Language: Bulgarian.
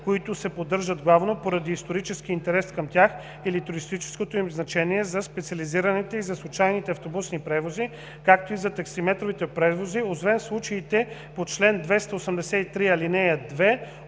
които се поддържат главно поради историческия интерес към тях или туристическото им значение, за специализираните и за случайните автобусни превози, както и за таксиметровите превози, освен в случаите по чл. 283, ал. 2